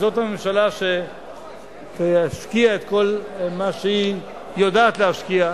וזאת הממשלה שתשקיע את כל מה שהיא יודעת להשקיע,